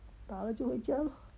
打了就回家 lor